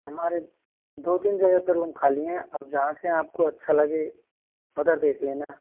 हमारे दो तीन जगह पे रूम खाली है अब जहाँ से आपको अच्छा लगे उधर देख लेना